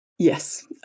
Yes